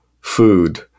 food